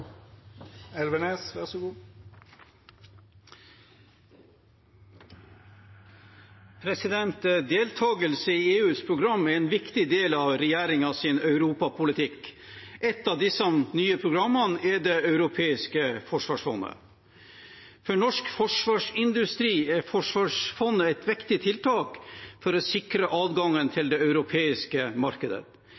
en viktig del av regjeringens europapolitikk. Et av de nye programmene er Det europeiske forsvarsfondet. For norsk forsvarsindustri er forsvarsfondet et viktig tiltak for å sikre adgangen til